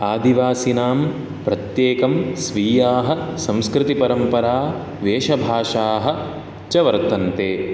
आदिवासिनां प्रत्येकं स्वीयाः संस्कृतिः परम्परा वेषभाषाः च वर्तन्ते